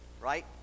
right